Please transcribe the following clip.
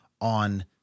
on